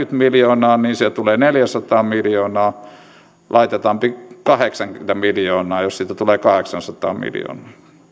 miljoonaa niin sieltä tulee neljäsataa miljoonaa jos laitetaan kahdeksankymmentä miljoonaa sieltä tulee kahdeksansataa miljoonaa